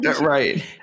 Right